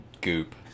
goop